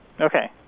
Okay